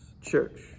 church